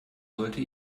sollte